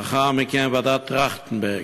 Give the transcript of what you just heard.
לאחר מכן, ועדת טרכטנברג,